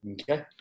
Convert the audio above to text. Okay